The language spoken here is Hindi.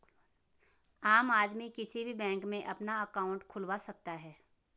आम आदमी किसी भी बैंक में अपना अंकाउट खुलवा सकता है